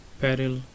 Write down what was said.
peril